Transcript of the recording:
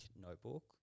notebook